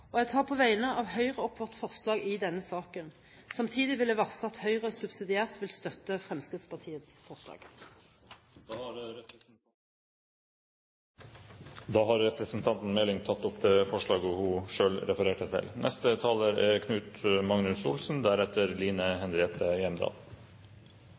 dette. Jeg tar på vegne av Høyre opp vårt forslag i denne saken. Samtidig vil jeg varsle at Høyre subsidiært vil støtte Fremskrittspartiets forslag. Representanten Siri A. Meling har tatt opp det forslaget hun refererte til.